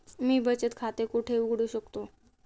मी बचत खाते कुठे उघडू शकतो?